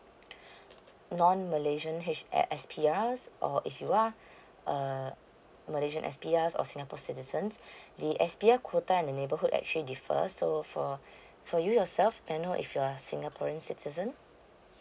non malaysian h~ S_P_R or if you are uh malaysian S_P_R or singapore citizens the S_P_R quota in neighborhood actually differ so for for you yourself may I know if you are singaporean citizens